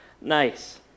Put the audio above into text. nice